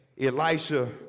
Elisha